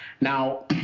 Now